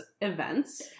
events